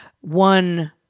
one